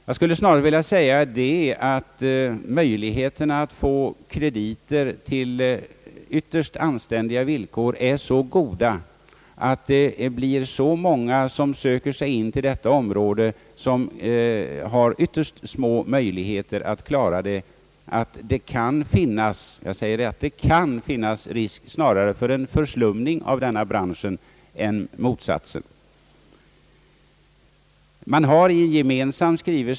Jag skulle snarare vilja säga, att möjligheterna att få krediter på ytterst anständiga villkor är så goda att många, som har ytterst små möjligheter att klara av det, söker sig till detta område. Det kan snarare finnas risk för en förslumning av denna bransch än motsatsen.